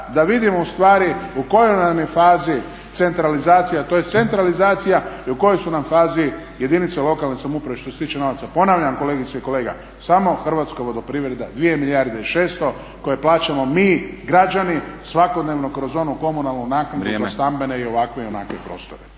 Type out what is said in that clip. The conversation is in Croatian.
da vidimo u stvari u kojoj nam je fazi centralizacija, tj. centralizacija i u kojoj su nam fazi jedinice lokalne samouprave što se tiče novaca. Ponavljam kolegice i kolega, samo Hrvatska vodoprivreda 2 milijarde i 600 koje plaćamo mi građani svakodnevno kroz onu komunalnu naknadu za stambene i ovakve i onakve prostore.